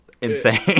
insane